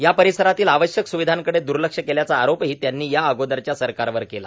या परिसरातील आवश्यक स्विधांकडे द्र्लक्ष केल्याचा आरोपही त्यांनी या अगोदरच्या सरकारवर केला